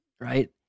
Right